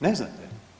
Ne znate?